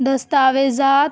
دستاویزات